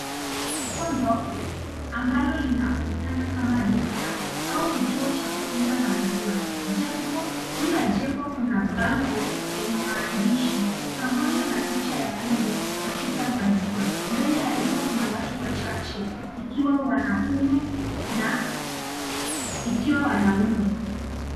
Jumba ndogo ambalo linaonekana kama duka, au kituo cha kuuza maziwa. Juu ya jengo kuna bango lenye maandishi, pamoja na picha ya ng'ombe na chupa ya maziwa. Mbele ya duka, kuna watu wachache ikiwa wanaume na ikiwa wanaume.